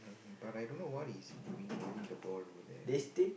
but I don't know what is he doing holding the ball over there